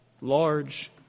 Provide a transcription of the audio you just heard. large